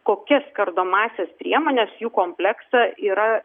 kokias kardomąsias priemones jų kompleksą yra